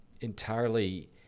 entirely